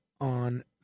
on